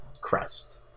crest